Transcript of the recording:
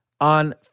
on